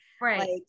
Right